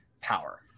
power